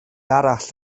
arall